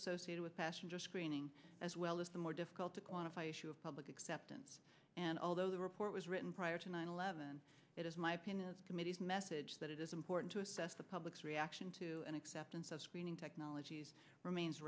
associated with passenger screening as well as the more difficult to quantify issue of public acceptance and although the report was written prior to nine eleven it is my opinion committee's message that it is important to assess the public's reaction to an acceptance of screening technologies remains